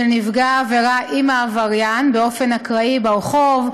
נפגע העבירה עם העבריין באקראי ברחוב,